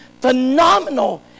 phenomenal